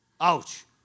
Ouch